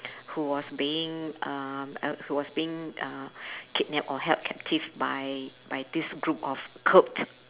who was being um uh who was being uh kidnapped or held captive by by this group of cult